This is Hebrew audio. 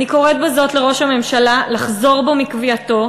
אני קוראת בזאת לראש הממשלה לחזור בו מקביעתו,